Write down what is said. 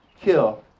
Kill